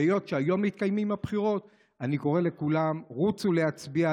והיות שהיום מתקיימות הבחירות אני קורא לכולם: רוצו להצביע,